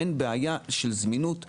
אין בעיה של זמינות לייעוץ או ניתוח.